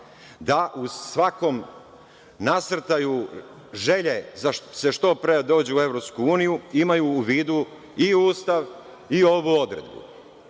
da u svakom nasrtaju želje da se što pre dođe u EU, imaju u vidu i Ustav i ovu odredbu. Samo